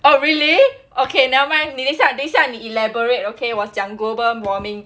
oh really okay nevermind 你等一下等一下你 elaborate okay 我讲 global warming